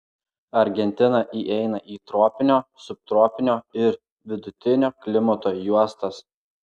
argentina įeina į tropinio subtropinio ir vidutinio klimato juostas